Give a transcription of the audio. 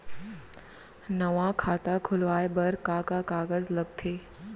नवा खाता खुलवाए बर का का कागज लगथे?